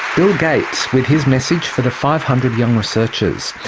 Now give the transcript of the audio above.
bill gates with his message for the five hundred young researchers.